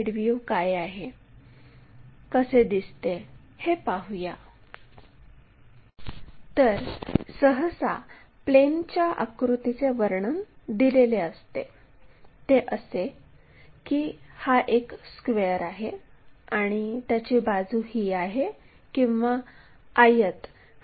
आणि आता आपल्याला XY या आडव्या प्लेनवर c चे स्थान निश्चित करायचे आहे आणि XY प्लेनच्या खाली आणि उभ्या प्लेनच्यासमोर 50 मिमी अंतरावर आहे